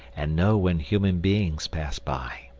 and know when human beings pass by.